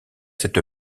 cette